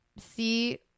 See